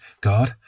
God